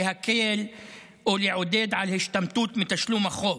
להקל או לעודד השתמטות מתשלום החוב,